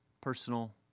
personal